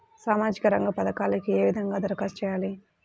సామాజిక రంగ పథకాలకీ ఏ విధంగా ధరఖాస్తు చేయాలి?